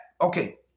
okay